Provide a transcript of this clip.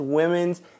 women's